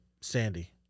Sandy